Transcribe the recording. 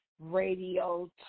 Radio